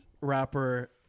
rapper